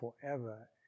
forever